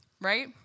right